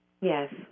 Yes